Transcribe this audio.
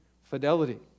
fidelity